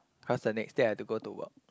cause the next day I have to go to work